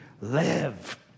live